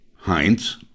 Heinz